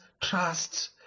trust